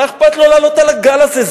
מה אכפת לו לעלות על הגל הזה?